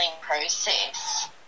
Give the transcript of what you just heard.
process